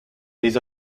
les